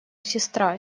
сестра